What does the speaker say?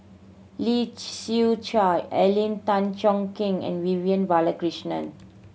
Lee Siew Choh Alvin Tan Cheong Kheng and Vivian Balakrishnan